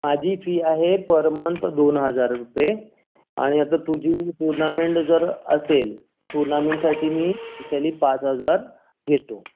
माझी फी आहे per month दोन हजार रूपये आणि आता तुझी टूर्नामेंट जर असेल टुर्नामेंटसाठी मी ॲक्चुली पाच हजार घेतो